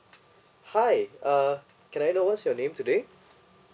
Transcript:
hi uh can I know what's your name today